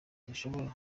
zishobora